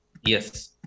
Yes